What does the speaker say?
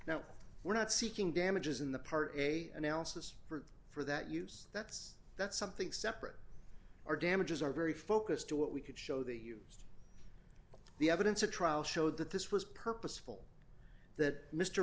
now we're not seeking damages in the part of a analysis for that use that's that's something separate our damages are very focused to what we could show they used the evidence a trial showed that this was purposeful that mr